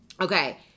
Okay